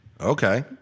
Okay